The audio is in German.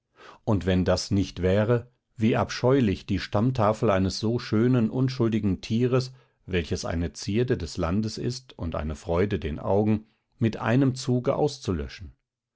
und wenn das nicht wäre wie abscheulich die stammtafel eines so schönen unschuldigen tieres welches eine zierde des landes ist und eine freude den augen mit einem zuge auszulöschen